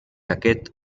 aquest